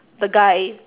the guy